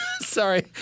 Sorry